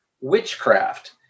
witchcraft